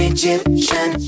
Egyptian